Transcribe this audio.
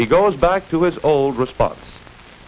he goes back to his old response